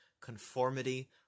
conformity